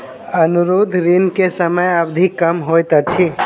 अनुरोध ऋण के समय अवधि कम होइत अछि